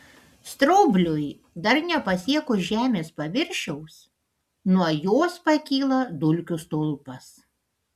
straubliui dar nepasiekus žemės paviršiaus nuo jos pakyla dulkių stulpas